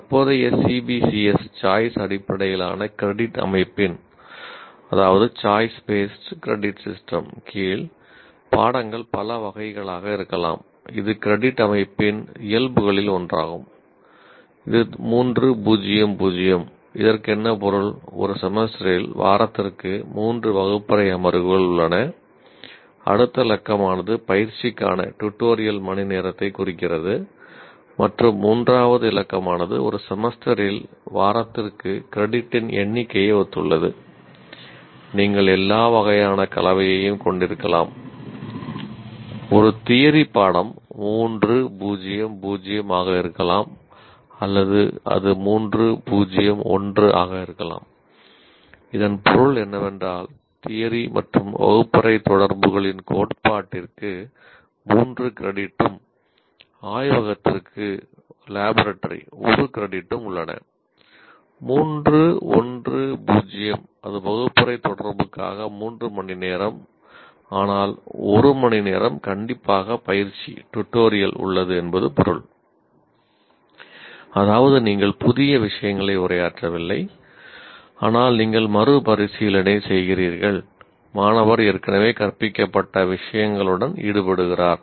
தற்போதைய சிபிசிஎஸ் உள்ளது என்பது பொருள் அதாவது நீங்கள் புதிய விஷயங்களை உரையாற்றவில்லை ஆனால் நீங்கள் மறுபரிசீலனை செய்கிறீர்கள் மாணவர் ஏற்கனவே கற்பிக்கப்பட்ட விஷயங்களுடன் ஈடுபடுகிறார்